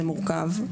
זה מורכב,